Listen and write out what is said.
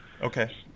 okay